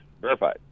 verified